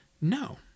No